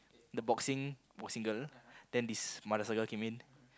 the boxing boxing girl then this mother saga came in